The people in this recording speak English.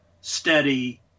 steady